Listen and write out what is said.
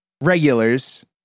regulars